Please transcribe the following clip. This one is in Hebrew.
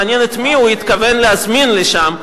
מעניין את מי הוא התכוון להזמין לשם,